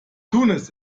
tunis